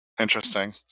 Interesting